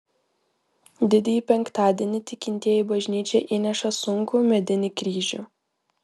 didįjį penktadienį tikintieji į bažnyčią įnešą sunkų medinį kryžių